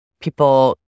people